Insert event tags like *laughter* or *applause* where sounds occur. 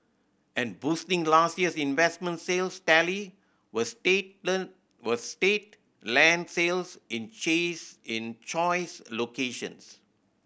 and boosting last year's investment sales tally were state *unintelligible* were state land sales in cheese in choice locations